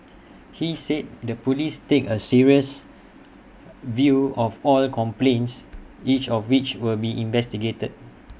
he said the Police take A serious view of all complaints each of which will be investigated